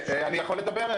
הם יודעים מה שקורה,